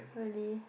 really